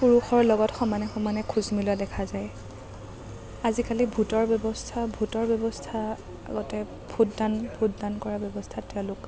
পুৰুষৰ লগত সমানে সমানে খোজ মিলোৱা দেখা যায় আজিকালি ভোটৰ ব্যৱস্থা ভোটৰ ব্যবস্থা আগতে ভোটদান ভোটদান কৰা ব্যৱস্থাত তেওঁলোক